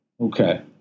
Okay